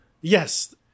Yes